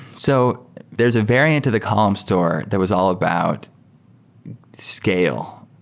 so there is a variant of the column store there was all about scale.